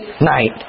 night